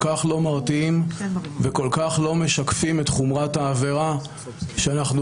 כל-כך לא מרתיעים וכל-כך לא משקפים את חומרת העבירה שאנחנו